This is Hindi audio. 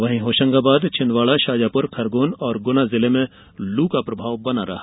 वहीं होशंगाबाद छिंदवाड़ा शाजापुर खरगोन और गुना जिले में लू का प्रभाव बना रहा